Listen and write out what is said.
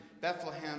Bethlehem